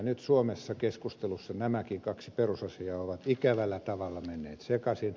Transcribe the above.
nyt suomessa keskustelussa nämäkin kaksi perusasiaa ovat ikävällä tavalla menneet sekaisin